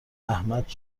احمد